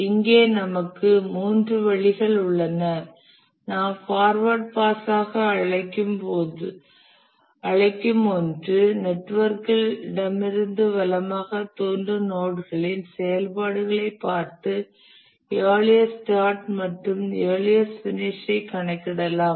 இங்கே நமக்கு மூன்று வழிகள் உள்ளன நாம் ஃபார்வர்ட் பாஸாக அழைக்கும் ஒன்று நெட்வொர்க்கில் இடமிருந்து வலமாகத் தோன்றும் நோட்களின் செயல்பாடுகளைப் பார்த்து இயர்லியஸ்ட் ஸ்டார்ட் மற்றும் இயர்லியஸ்ட் பினிஷ் ஐ கணக்கிடலாம்